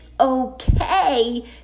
okay